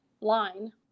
line